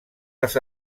les